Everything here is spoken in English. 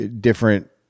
different